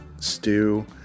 stew